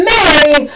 Mary